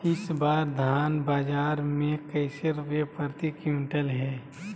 इस बार धान बाजार मे कैसे रुपए प्रति क्विंटल है?